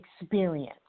experience